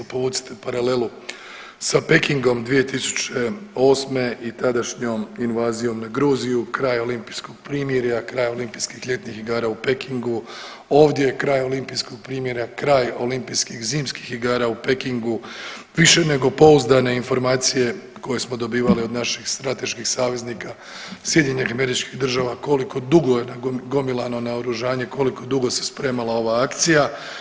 Povucite paralelu sa Pekingom 2008. i tadašnjom invazijom na Gruziju, kraj olimpijskog primirja, kraj Olimpijskih ljetnih igara u Pekingu, ovdje kraj olimpijskog primirja, kraj Olimpijskih zimskih igara u Pekingu više nego pouzdane informacije koje smo dobivali od naših strateških saveznika SAD-a koliko dugo je nagomilano naoružanje, koliko dugo se spremala ova akcija.